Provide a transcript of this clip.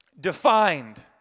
defined